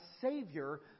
Savior